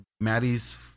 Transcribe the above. Maddie's